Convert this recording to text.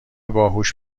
باهوش